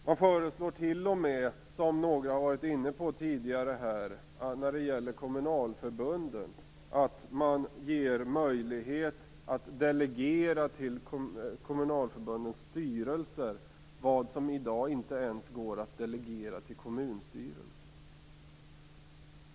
Det föreslås t.o.m. när det gäller kommunalförbunden - som några har varit inne på tidigare - att det skall ges möjlighet att delegera till kommunalförbundens styrelser vad som i dag inte ens går att delegera till kommunstyrelsen.